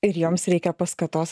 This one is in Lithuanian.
ir joms reikia paskatos